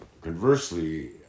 conversely